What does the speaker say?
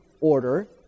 order